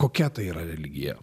kokia tai yra religija